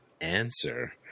answer